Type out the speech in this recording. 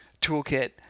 toolkit